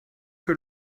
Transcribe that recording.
que